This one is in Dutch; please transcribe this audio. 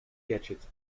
gadget